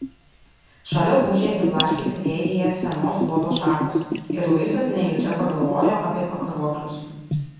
šalia ūžė ir blaškėsi vėjyje senos guobos šakos ir luisas nejučia pagalvojo apie pakaruoklius